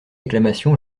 acclamation